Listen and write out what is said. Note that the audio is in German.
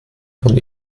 vom